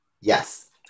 Yes